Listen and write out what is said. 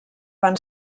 van